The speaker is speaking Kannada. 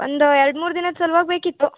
ಒಂದು ಎರಡು ಮೂರು ದಿನದ ಸಲ್ವಾಗಿ ಬೇಕಿತ್ತು